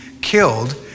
killed